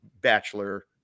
bachelor